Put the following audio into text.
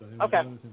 Okay